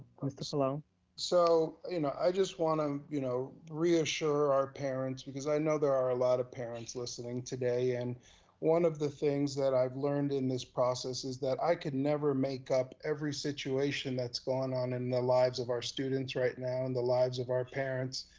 mr. colon? so you know i just wanna um you know reassure our parents, because i know there are a lot of parents listening today, and one of the things that i've learned in this process is that i could never make up every situation that's gone on in the lives of our students right now and the lives of our parents.